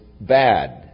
bad